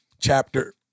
chapter